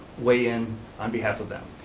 weigh-in on behalf of them.